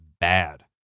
bad